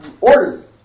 orders